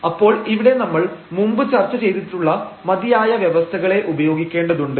അപ്പോൾ ഇവിടെ നമ്മൾ മുമ്പ് ചർച്ച ചെയ്തിട്ടുള്ള മതിയായ വ്യവസ്ഥകളെ ഉപയോഗിക്കേണ്ടതുണ്ട്